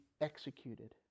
executed